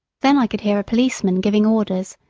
then i could hear a policeman giving orders,